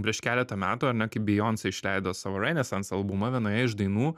prieš keletą metų ar ne kai beyonce išleido savo renesans albumą vienoje iš dainų